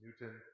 Newton